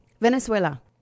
venezuela